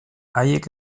haiek